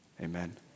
amen